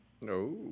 No